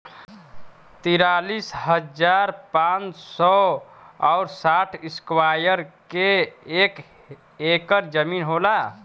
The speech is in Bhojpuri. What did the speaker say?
तिरालिस हजार पांच सौ और साठ इस्क्वायर के एक ऐकर जमीन होला